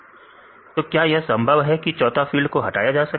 तो क्या यह संभव है कि चौथा फील्ड को हटाया जा सके